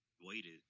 waited